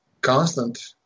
constant